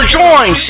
join